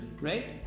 right